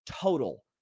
total